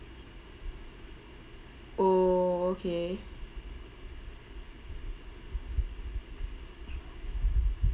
oh okay